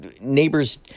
neighbors